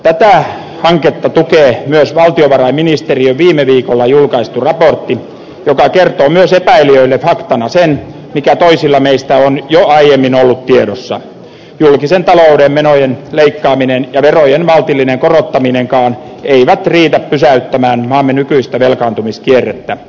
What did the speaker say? tätä hanketta tukee myös valtiovarainministeriön viime viikolla julkaistu raportti joka kertoo myös epäilijöille faktana sen mikä toisilla meistä on jo aiemmin ollut tiedossa että julkisen talouden menojen leikkaaminen ja verojen maltillinen korottaminenkaan eivät riitä pysäyttämään maamme nykyistä velkaantumiskierrettä